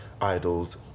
idols